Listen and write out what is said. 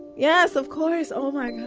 yes, of course. oh, like